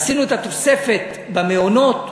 עשינו את התוספת במעונות,